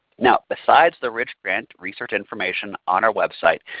now besides the rich grant research information on our website,